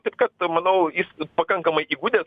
taip kad manau jis pakankamai įgudęs